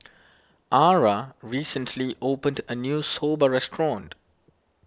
Arah recently opened a new Soba restaurant